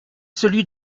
celui